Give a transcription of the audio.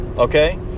Okay